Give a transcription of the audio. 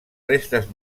restes